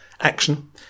action